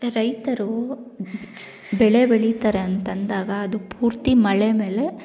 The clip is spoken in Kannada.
ರೈತರು ಬೆಳೆ ಬೆಳೀತಾರೆ ಅಂತಂದಾಗ ಅದು ಪೂರ್ತಿ ಮಳೆ ಮೇಲೆ